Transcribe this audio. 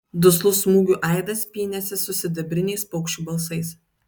duslus smūgių aidas pynėsi su sidabriniais paukščių balsais